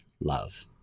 love